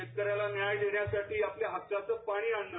शेतकऱ्यांना न्याय देण्यासाठी आपल्या हक्काचं पाणी आणलं